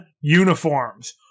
uniforms